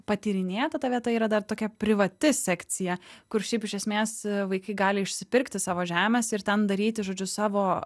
patyrinėta ta vieta yra dar tokia privati sekcija kur šiaip iš esmės vaikai gali išsipirkti savo žemės ir ten daryti žodžiu savo